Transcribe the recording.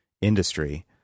industry